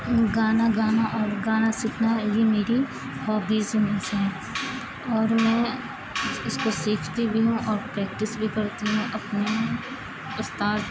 گانا گانا اور گانا سیکھنا یہ میری ہوبیز میں سے ہیں اور میں اس کو سیکھتی بھی ہوں اور پریکٹس بھی کرتی ہوں اپنے استاد